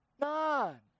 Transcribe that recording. None